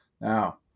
Now